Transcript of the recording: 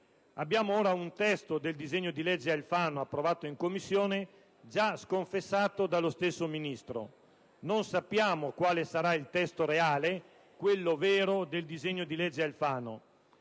Abbiamo ora un testo del disegno di legge Alfano approvato in Commissione già sconfessato dallo stesso Ministro; non sappiamo quale sarà il testo reale, il vero testo del disegno di legge Alfano.